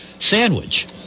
sandwich